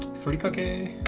furikake.